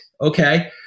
Okay